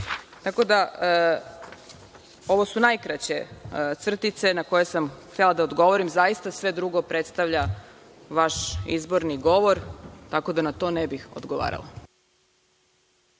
podržavate. Ovo su najkraće crtice na koje sam htela da odgovorim. Zaista sve drugo predstavlja vaš izborni govor, tako da na to ne bih odgovarala.(Boško